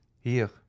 Here